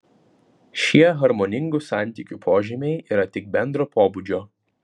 šie harmoningų santykių požymiai yra tik bendro pobūdžio